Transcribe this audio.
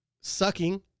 sucking